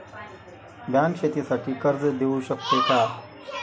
Bank शेतीसाठी कर्ज देऊ शकते का?